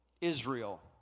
Israel